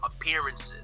appearances